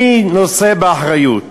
מי נושא באחריות?